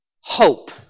hope